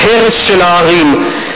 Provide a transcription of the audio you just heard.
ההרס של הערים,